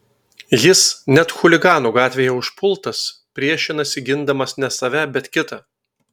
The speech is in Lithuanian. jis net chuliganų gatvėje užpultas priešinasi gindamas ne save bet kitą